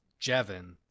Jevin